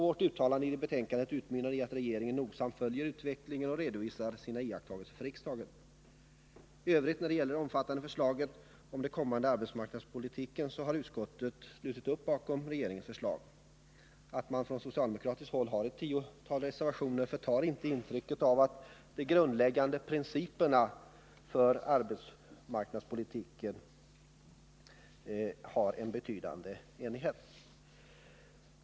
Vårt uttalande i betänkandet utmynnar i att regeringen nogsamt följer utvecklingen och redovisar sina iakttagelser för riksdagen. När det i övrigt gäller det omfattande förslaget om den kommande arbetsmarknadspolitiken har utskottet slutit upp bakom regeringens förslag. Att man från socialdemokratiskt håll har ett tiotal reservationer förtar inte intrycket av att utskottet uppvisar en stor enighet i vad gäller de grundläggande principerna för arbetsmarknadspolitiken.